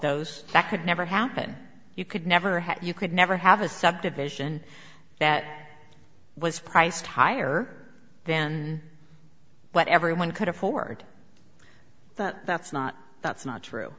those that could never happen you could never have you could never have a subdivision that was priced higher then what everyone could afford but that's not that's not true